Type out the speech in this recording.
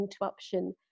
interruption